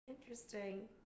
interesting